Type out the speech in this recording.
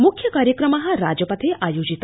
मुख्य कार्यक्रम राजपथ आयोजित